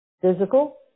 Physical